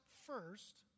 first